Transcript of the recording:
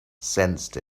sensed